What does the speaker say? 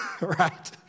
right